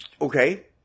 okay